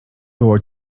było